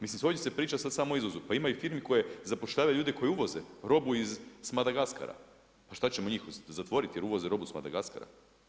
Mislim ovdje se priča sada samo o izvozu, pa ima firmi koje zapošljavaju ljude koje uvoze robu s Madagaskara, pa šta ćemo njih zatvoriti jer uvoze robu sa Madagaskara.